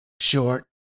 short